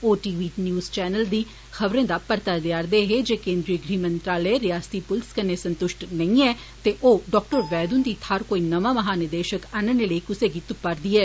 ओ T V news channel दी खबरें दा परता देआ रदे हे जे केन्द्री गृह मंत्रालय रियासती पुलस कन्नै संतुष्ट नेई ऐ ते ओ डाक्टर वैद हुन्दी थाहर कोई नमां महा निदेशक आनने लेई कुसै बी तुप्पा'र दी ऐ